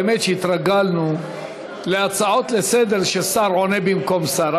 האמת שהתרגלנו להצעות לסדר-היום ששר עונה במקום שר,